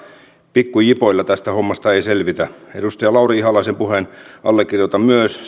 pikku jipoilla tästä hommasta ei selvitä edustaja lauri ihalaisen puheen allekirjoitan myös